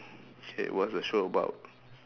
K what's the show about